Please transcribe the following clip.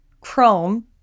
Chrome